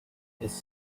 his